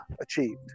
achieved